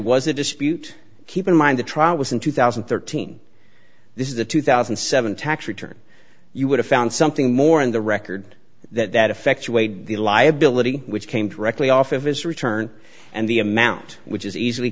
a dispute keep in mind the trial was in two thousand and thirteen this is the two thousand and seven tax return you would have found something more in the record that that affects weight the liability which came directly off of his return and the amount which is easily